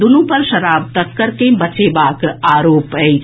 दूनु पर शराब तस्कर के बचेबाक आरोप अछि